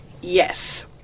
Yes